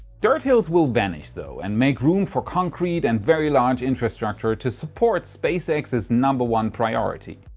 dirt hills will vanish though and make room for concrete and very large infrastructure, to support spacex's number one priority.